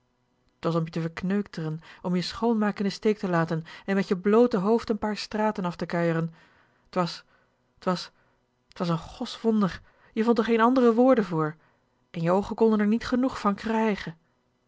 t was om je te verkneuteren om je schoonmaak in de steek te laten en met je bloote hoofd n paar straten af te kuieren t was t was t was n goswonder je vond r geen andere woorde voor en je ooge konden r niet genoeg van